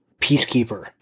Peacekeeper